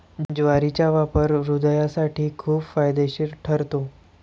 ज्वारीचा वापर हृदयासाठी खूप फायदेशीर ठरतो